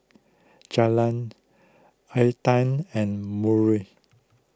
Julian Aedan and Murl